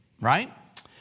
right